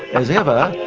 as ever,